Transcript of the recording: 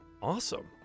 Awesome